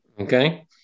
Okay